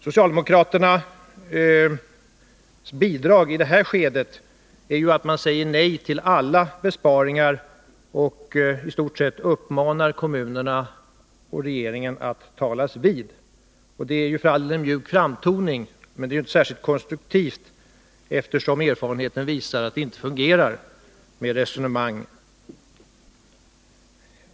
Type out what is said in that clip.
Socialdemokraternas bidrag i det här skedet är att säga nej till alla besparingar och i stort sett uppmana kommunerna och regeringen att talas vid. Det är för all del en mjuk framtoning, men det är inte särskilt kontruktivt, eftersom erfarenheten visar att det inte fungerar med resonemang.